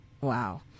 Wow